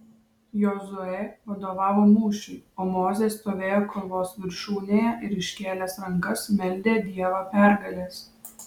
jozuė vadovavo mūšiui o mozė stovėjo kalvos viršūnėje ir iškėlęs rankas meldė dievą pergalės